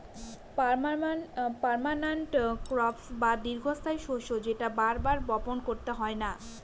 permanent crop বা দীর্ঘস্থায়ী শস্য যেটা বার বার বপন করতে হয় না